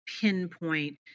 pinpoint